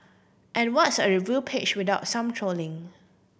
and what's a review page without some trolling